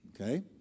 okay